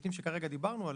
בהיבטים שכרגע דיברנו עליהם,